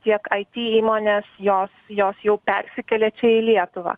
tiek it įmonės jos jos jau persikėlė čia į lietuvą